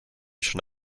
schon